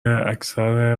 اکثر